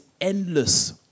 endless